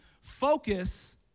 Focus